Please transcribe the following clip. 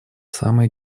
самые